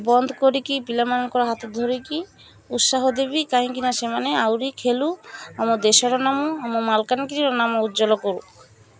ବନ୍ଦ କରିକି ପିଲାମାନଙ୍କର ହାତ ଧରିକି ଉତ୍ସାହ ଦେବି କାହିଁକିନା ସେମାନେ ଆହୁରି ଖେଲୁ ଆମ ଦେଶର ନାମ ଆମ ମାଲକାନଗିରି ନାମ ଉଜ୍ଜଲ କରୁ